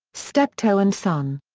steptoe and son.